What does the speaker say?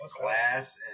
glass